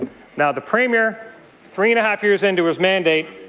now, the premier three and a half years into his mandate,